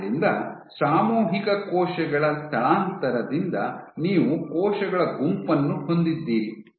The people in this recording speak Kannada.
ಆದ್ದರಿಂದ ಸಾಮೂಹಿಕ ಕೋಶಗಳ ಸ್ಥಳಾಂತರದಿಂದ ನೀವು ಕೋಶಗಳ ಗುಂಪನ್ನು ಹೊಂದಿದ್ದೀರಿ